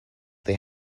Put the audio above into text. they